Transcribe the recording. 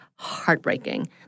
heartbreaking